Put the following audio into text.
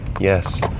Yes